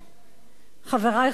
חברי חברי הכנסת,